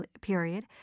period